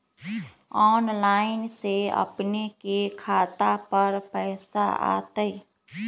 Online से अपने के खाता पर पैसा आ तई?